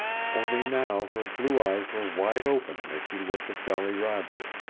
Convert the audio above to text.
only now her blue eyes were wide open as she looked at jolly roger,